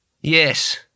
Yes